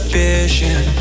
vision